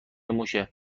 موشه